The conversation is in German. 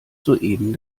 soeben